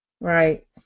right